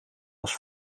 als